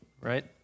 right